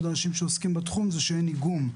אנשים שעוסקים בתחום הוא שאין איגום.